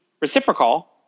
reciprocal